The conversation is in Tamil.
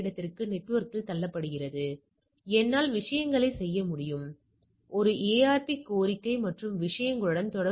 எனவே சிக்மா சிக்மா 4 ஆல் வழங்கப்படுகிறது தரவு புள்ளியின் எண்ணிக்கை 17 s2 என்பது 7